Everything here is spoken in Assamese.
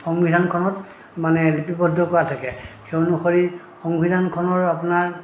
সংবিধানখনত মানে লিপিবদ্ধ কৰা থাকে সেই অনুসৰি সংবিধানখনৰ আপোনাৰ